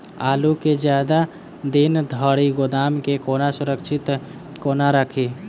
आलु केँ जियादा दिन धरि गोदाम मे कोना सुरक्षित कोना राखि?